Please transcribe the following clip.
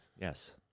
Yes